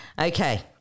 Okay